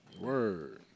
Word